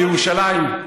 מירושלים.